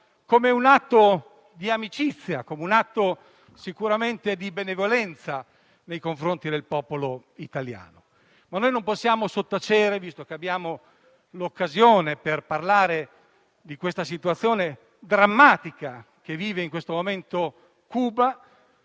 come un atto di amicizia e sicuramente di benevolenza nei confronti del popolo italiano. Non possiamo però sottacere, visto che abbiamo l'occasione di parlarne, la situazione drammatica che vive in questo momento Cuba.